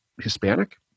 Hispanic